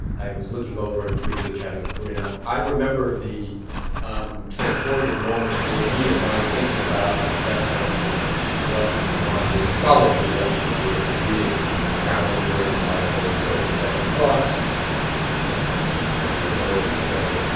i was looking over and briefly chatted with corinna. i remember the um transformative moment for me in my thinking about the death penalty and what my scholarly direction would be, and it was reading carol and jordan's article, sober second thoughts, which i guess now is twenty years old or so,